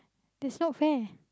that's not fair